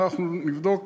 נבדוק